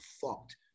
fucked